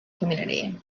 community